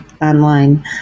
online